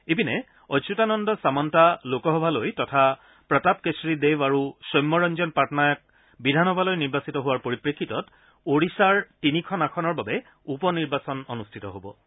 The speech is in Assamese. ইপিনে অচ্যুতানন্দ ছামণ্টা লোকসভালৈ তথা প্ৰতাপ কেশৰী দেৱ আৰু সৌম্য ৰঞ্জন পাটনায়ক বিধানসভালৈ নিৰ্বাচিত হোৱাৰ পৰিপ্ৰেক্ষিতত ওড়িশাৰ তিনিখন আসনৰ বাবে উপ নিৰ্বাচন অনুষ্ঠিত হ'ব